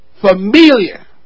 familiar